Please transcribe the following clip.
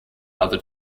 other